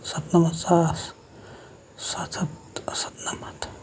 سَتنَمَتھ ساس سَتھ ہَتھ سَتنَمَتھ